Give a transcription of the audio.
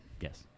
Yes